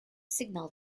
signal